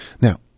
Now